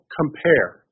compare